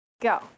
Go